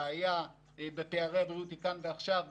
הבעיה בפערי הבריאות היא כאן ועכשיו.